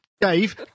Dave